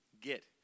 get